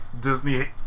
Disney